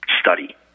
study